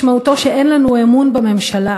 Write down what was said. משמעותו שאין לנו אמון בממשלה,